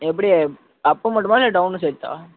எப்படி அப்பு மட்டுமா இல்லை டெளனு சேர்த்தா